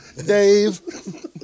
Dave